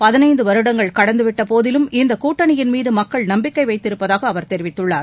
பதினைந்து வருடங்கள் கடந்து விட்ட போதிலும் இந்தக் கூட்டணியின் மீது மக்கள் நம்பிக்கை வைத்திருப்பதாக அவர் தெரிவித்துள்ளார்